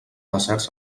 deserts